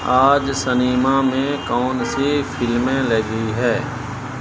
آج سنیما میں کون سی فلمیں لگی ہے